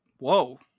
whoa